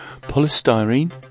Polystyrene